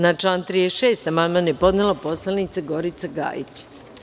Na član 36. amandman je podnela narodna poslanica Gorica Gajić.